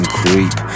creep